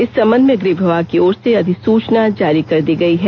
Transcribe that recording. इस संबंध में गृह विभाग की ओर अधिसुचना जारी कर दी है